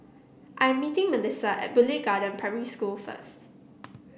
i am meeting Mellissa at Boon Lay Garden Primary School first